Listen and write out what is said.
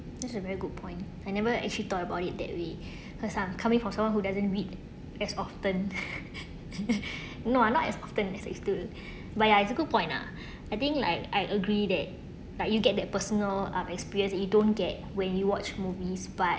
that's a very good point I never actually thought about it that way cause I'm coming from someone who doesn't read as often no I'm not as often as he stood by it's a good point ah I think like I agree that that you get that personal up experience you don't get when you watch movies but